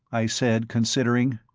i said, considering.